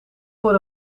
voor